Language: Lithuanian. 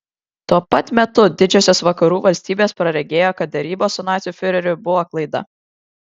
tuo pat metu didžiosios vakarų valstybės praregėjo kad derybos su nacių fiureriu buvo klaida